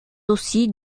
aussi